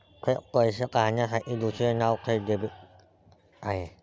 थेट पैसे काढण्याचे दुसरे नाव थेट डेबिट आहे